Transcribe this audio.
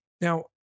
Now